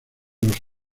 los